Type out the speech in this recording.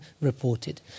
reported